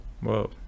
whoa